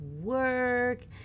work